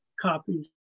copies